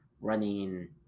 running